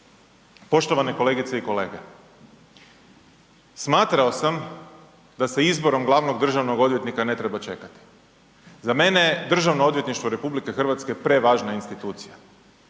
Poštovane kolegice i kolege, smatrao sam da sa izborom glavnog državnog odvjetnika ne treba čekati. Za mene je DORH prevažna institucija.